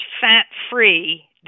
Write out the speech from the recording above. fat-free